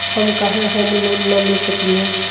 हम काहे home loan न ले सकली ह?